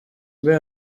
mbe